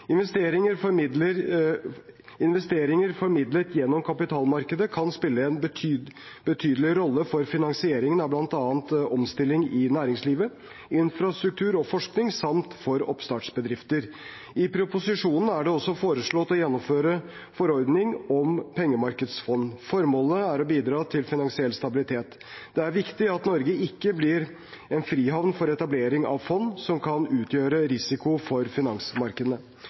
Investeringer formidlet gjennom kapitalmarkedet kan spille en betydelig rolle for finansieringen av bl.a. omstilling i næringslivet, infrastruktur og forskning samt for oppstartsbedrifter. I proposisjonen er det også foreslått å gjennomføre forordning om pengemarkedsfond. Formålet er å bidra til finansiell stabilitet. Det er viktig at Norge ikke blir en frihavn for etablering av fond som kan utgjøre risiko for finansmarkedene.